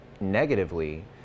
negatively